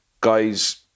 guys